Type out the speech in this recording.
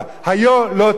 היה לא תהיה.